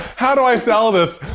how do i sell this?